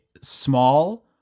small